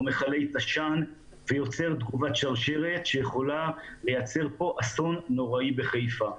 מכלי תש"ן ויוצר תגובת שרשרת שיכולה לייצר כאן אסון נוראי בחיפה.